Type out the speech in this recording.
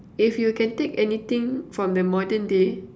if you can take anything from the modern day